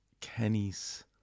Kenny's